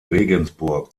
regensburg